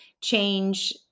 change